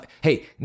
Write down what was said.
hey